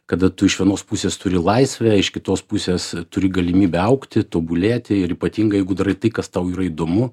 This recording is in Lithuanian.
kada tu iš vienos pusės turi laisvę iš kitos pusės turi galimybę augti tobulėti ir ypatingai jeigu dar tai kas tau yra įdomu